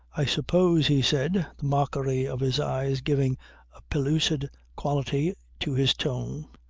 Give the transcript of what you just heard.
i suppose, he said, the mockery of his eyes giving a pellucid quality to his tone,